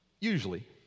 usually